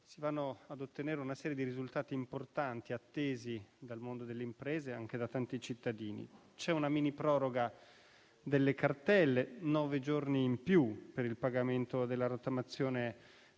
si va a ottenere una serie di risultati importanti, attesi dal mondo delle imprese e anche da tanti cittadini. C'è una mini proroga delle cartelle: nove giorni in più per il pagamento della rottamazione